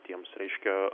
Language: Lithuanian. tiems reiškia